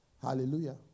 Hallelujah